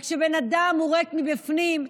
וכשבן אדם הוא ריק מבפנים,